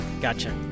gotcha